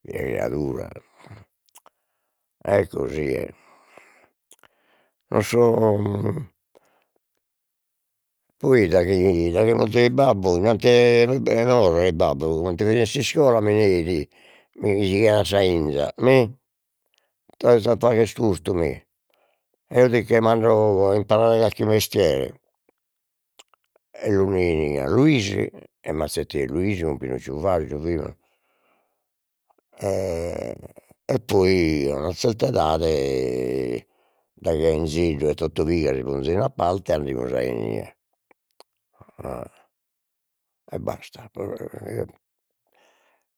Fia criadura, e così è, no so poi daghi daghi morzeit babbu, innanti e babbu comente mi 'ideit in s'iscola, mi neit mi gighiat a sa 'inza mi tue as faghes custu mi eo ticche mando a imparare carchi mestiere, e lu nein a Luisi e m'azzetteit Luisi cun Pinucciu Vargiu fimus e poi a una zerta edade daghi Ainzeddu e Toto Piga si ponzein a parte andemus a, inie e e basta